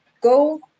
go